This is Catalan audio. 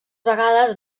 vegades